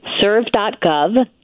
Serve.gov